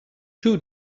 two